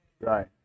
Right